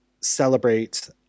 celebrate